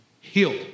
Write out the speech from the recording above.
healed